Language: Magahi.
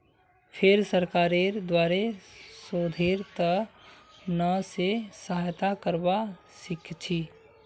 फेर सरकारेर द्वारे शोधेर त न से सहायता करवा सीखछी